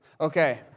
Okay